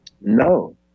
no